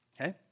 okay